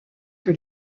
que